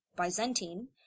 Byzantine